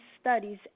Studies